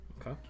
Okay